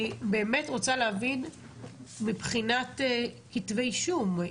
אני באמת רוצה להבין מבחינת כתבי אישום,